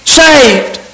saved